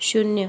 शून्य